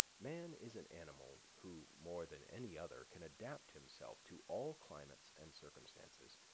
man is an animal who more than any other can adapt himself to all climates and circumstances.